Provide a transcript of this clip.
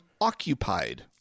occupied